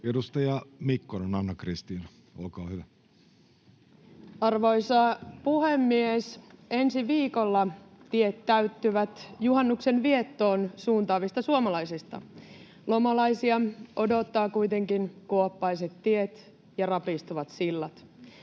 Edustaja Mikkonen, Anna-Kristiina, olkaa hyvä. Arvoisa puhemies! Ensi viikolla tiet täyttyvät juhannuksen viettoon suuntaavista suomalaisista. Lomalaisia odottavat kuitenkin kuoppaiset tiet ja rapistuvat sillat.